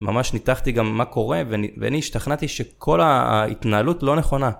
ממש ניתחתי גם מה קורה ואני השתכנעתי שכל ההתנהלות לא נכונה.